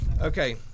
okay